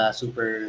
super